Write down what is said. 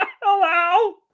Hello